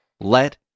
Let